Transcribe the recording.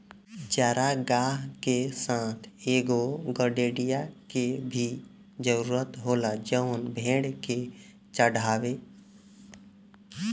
चारागाह के साथ एगो गड़ेड़िया के भी जरूरत होला जवन भेड़ के चढ़ावे